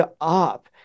up